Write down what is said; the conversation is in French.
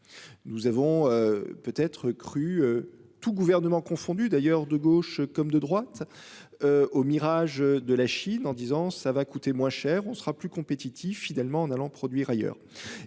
Nous avons. Peut être cru. Tous gouvernements confondus d'ailleurs de gauche comme de droite. Au mirage de la Chine en disant ça va coûter moins cher, on sera plus compétitif fidèlement en allant produire ailleurs et